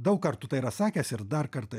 daug kartų tai yra sakęs ir dar kartą